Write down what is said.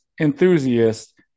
enthusiast